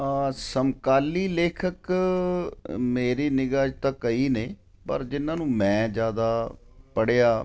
ਸਮਕਾਲੀ ਲੇਖਕ ਮੇਰੀ ਨਿਗ੍ਹਾ 'ਚ ਤਾਂ ਕਈ ਨੇ ਪਰ ਜਿਹਨਾਂ ਨੂੰ ਮੈਂ ਜ਼ਿਆਦਾ ਪੜ੍ਹਿਆ